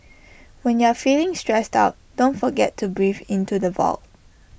when you are feeling stressed out don't forget to breathe into the void